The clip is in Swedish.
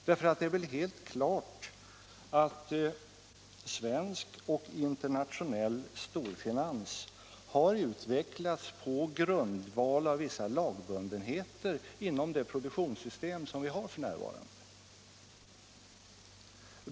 Det är väl helt klart att svensk och internationell storfinans har utvecklats på grundval av vissa lagbundenheter inom det produktionssystem som vi f. n. har.